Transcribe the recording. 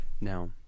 Now